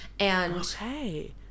Okay